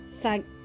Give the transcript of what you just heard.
thank